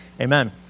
Amen